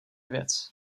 věc